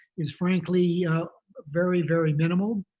is frankly very very minimal,